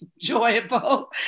enjoyable